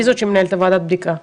היא זו שמנהלת את ועדת הבדיקה.